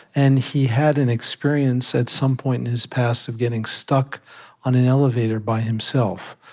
and he had an experience at some point in his past, of getting stuck on an elevator by himself.